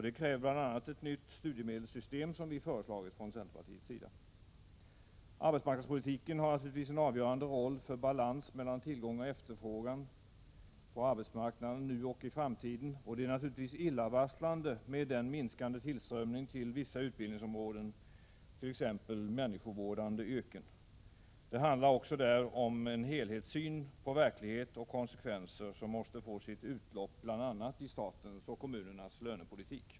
Då krävs bl.a. ett nytt studiemedelssystem, som vi från centerns sida föreslagit. Arbetsmarknadspolitiken spelar givetvis en avgörande roll för balansen mellan tillgång och efterfrågan på arbetsmarknaden nu och i framtiden. Det är naturligtvis illavarslande med den minskande tillströmningen av elever till vissa utbildningsområden, t.ex. människovårdande yrken. Det handlar också här om en helhetssyn på verkligheten och om konsekvenser som måste få sitt utlopp i bl.a. statens och kommunernas lönepolitik.